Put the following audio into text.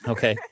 Okay